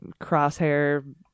crosshair